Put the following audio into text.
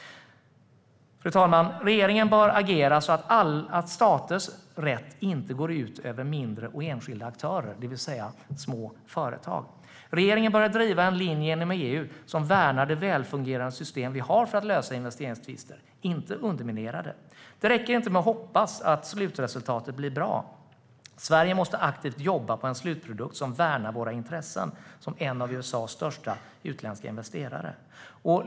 Fru talman! Regeringen bör agera så att staters rätt inte går ut över mindre och enskilda aktörer, det vill säga små företag. Regeringen bör driva en linje inom EU som värnar det välfungerande system vi har för att lösa investeringstvister, inte underminera det. Det räcker inte med att hoppas att slutresultatet blir bra. Sverige måste aktivt jobba för en slutprodukt som värnar våra intressen som en av USA:s största utländska investerare.